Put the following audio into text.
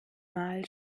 mal